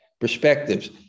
perspectives